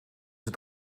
het